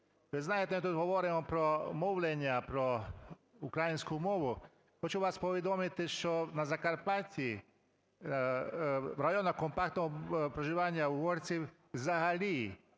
Ви знаєте, ми тут говоримо про мовлення, про українську мову. Хочу вас повідомити, що на Закарпатті в районах компактного проживання угорців взагалі